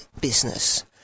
business